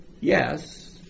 yes